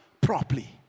properly